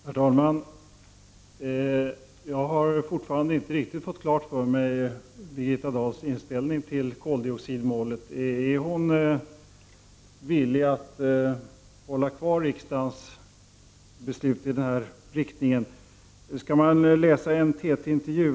Herr talman! Jag har ännu inte fått riktigt klart för mig vilken inställning Birgitta Dahl har till koldioxidmålet. Är hon villig att hålla sig till riksdagens beslut i det avseendet?